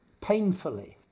Painfully